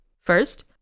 First